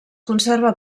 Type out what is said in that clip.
conserva